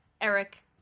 Eric